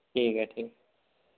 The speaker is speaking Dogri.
ठीक ऐ ठीक ऐ